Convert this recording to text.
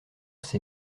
ces